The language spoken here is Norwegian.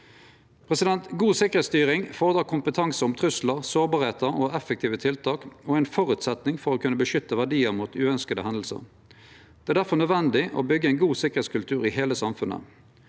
God sikkerheitsstyring fordrar kompetanse om truslar, sårbarheiter og effektive tiltak og er ein føresetnad for å kunne beskytte verdiar mot uønskte hendingar. Det er difor nødvendig å byggje ein god sikkerheitskultur i heile samfunnet.